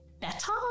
better